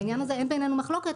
בעניין הזה אין בינינו מחלוקת,